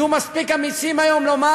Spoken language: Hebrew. תהיו מספיק אמיצים היום לומר: